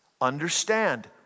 Understand